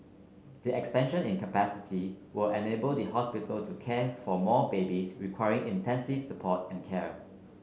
the expansion in capacity will enable the hospital to care for more babies requiring intensive support and care